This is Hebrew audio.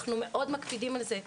אנחנו מאוד מקפידים על זה.